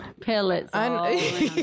pellets